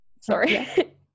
Sorry